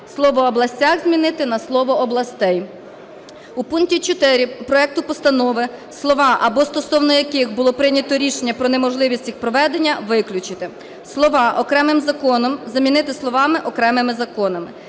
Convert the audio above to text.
слово "областях" змінити на слово "областей". У пункті 4 проекту постанови слова "або стосовно яких було прийнято рішення про неможливість їх проведення" виключити. Слова "окремим законом" замінити словами "окремими законами".